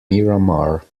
miramar